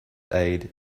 aid